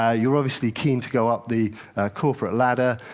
ah you're obviously keen to go up the corporate ladder.